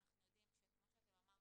את המשרדים,